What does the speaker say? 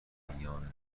میان